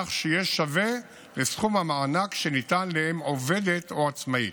כך שיהיה שווה לסכום המענק שניתן לאם עובדת או עצמאית.